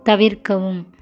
தவிர்க்கவும்